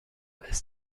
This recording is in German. ist